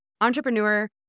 entrepreneur